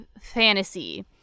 fantasy